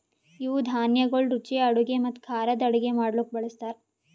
ಇವು ಧಾನ್ಯಗೊಳ್ ರುಚಿಯ ಅಡುಗೆ ಮತ್ತ ಖಾರದ್ ಅಡುಗೆ ಮಾಡ್ಲುಕ್ ಬಳ್ಸತಾರ್